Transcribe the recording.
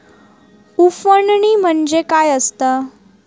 उफणणी म्हणजे काय असतां?